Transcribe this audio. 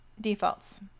Defaults